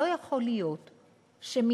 לא יכול להיות שמיעוט